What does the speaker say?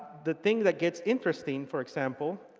the thing that gets interesting, for example,